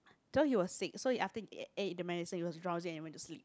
so he was sick so he after ate ate the medicine he was drowsy and he went to sleep